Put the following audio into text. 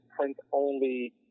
print-only